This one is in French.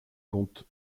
compte